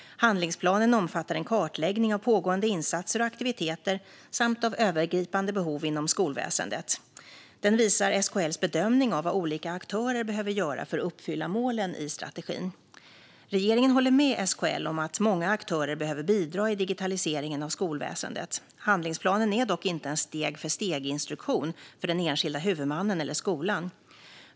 Handlingsplanen omfattar en kartläggning av pågående insatser och aktiviteter samt av övergripande behov inom skolväsendet. Den visar SKL:s bedömning av vad olika aktörer behöver göra för att uppfylla målen i strategin. Regeringen håller med SKL om att många aktörer behöver bidra i digitaliseringen av skolväsendet. Handlingsplanen är dock inte en steg-för-steg-instruktion för den enskilda huvudmannen eller skolan.